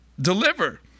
deliver